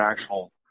actual